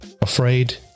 Afraid